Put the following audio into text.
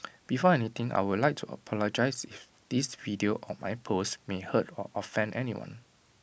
before anything I would like to apologise if this video or my post may hurt or offend anyone